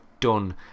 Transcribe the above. done